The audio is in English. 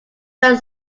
than